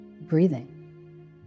breathing